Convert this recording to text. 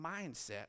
mindset